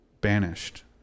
banished